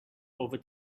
over